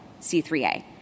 C3A